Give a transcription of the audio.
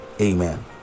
amen